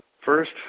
First